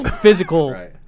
physical